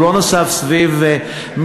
הוא לא נסב על משפט,